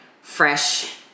fresh